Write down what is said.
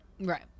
right